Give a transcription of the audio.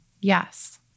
Yes